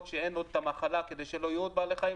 שאין עוד מחלה כדי שלא יהיו עוד בעלי חיים שיחלו,